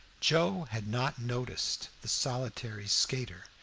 joe had not noticed the solitary skater,